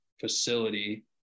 facility